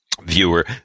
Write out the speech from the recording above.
viewer